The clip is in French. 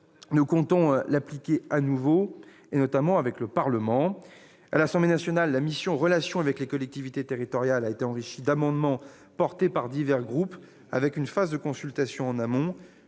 de concertation, notamment avec le Parlement. À l'Assemblée nationale, la mission « Relations avec les collectivités territoriales » a été enrichie d'amendements défendus par divers groupes, avec une phase de consultation en amont.